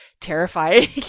terrifying